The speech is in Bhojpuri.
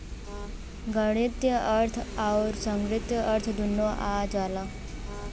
गणीतीय अर्थ अउर संगणकीय अर्थ दुन्नो आ जाला